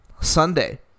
Sunday